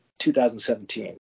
2017